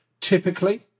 Typically